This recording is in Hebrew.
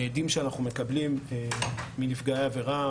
מהדים שאנחנו מקבלים מנפגעי עבירה,